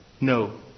No